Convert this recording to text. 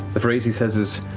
the phrase he says is,